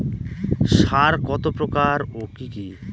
সার কত প্রকার ও কি কি?